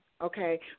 okay